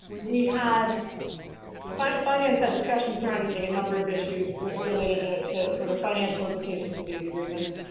we had but if i nance had discussions surrounding a number of issues related ah to sort of financial implications of these agreements,